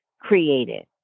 created